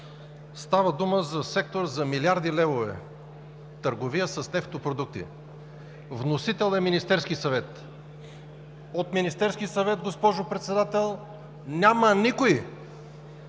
става дума за сектор за милиарди левове – търговия с нефтопродукти. Вносител е Министерският съвет. От Министерския съвет, госпожо Председател, няма никой.